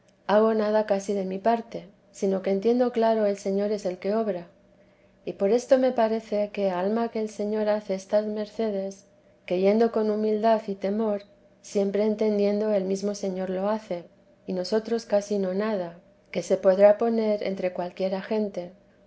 hago nada casi de mi parte sino que entiendo claro el señor es el que obra y por esto me parece que a alma que el señor hace estas mercedes que yendo con humildad y temor siempre entendiendo el mesmo señor lo hace y nosotros casi no nada que se podrá poner entre cualquiera gente